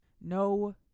No